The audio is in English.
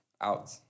Out